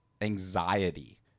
anxiety